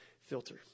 filter